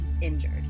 injured